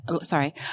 sorry